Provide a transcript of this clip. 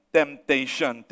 temptation